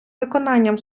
виконанням